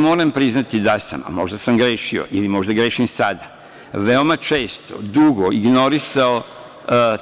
Moram priznati da sam, možda sam grešio, možda grešim i sada, veoma često, dugo, ignorisao